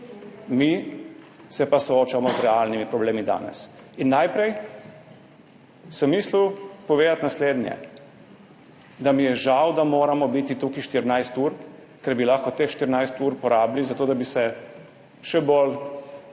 Mi se pa soočamo z realnimi problemi danes. Najprej sem mislil povedati naslednje. Da mi je žal, da moramo biti tukaj 14 ur, ker bi lahko teh 14 ur porabili za to, da bi se še bolj